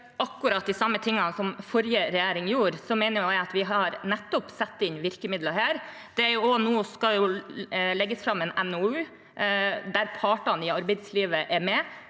akkurat de samme tingene som forrige regjering gjorde, mener jeg at vi har satt inn virkemidler her. Nå skal det også legges fram en NOU der partene i arbeidslivet er med